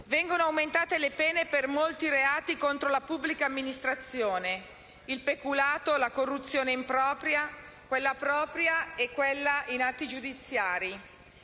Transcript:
Vengono aumentate le pene per molti reati contro la pubblica amministrazione: il peculato, la corruzione impropria, quella propria e quella in atti giudiziari.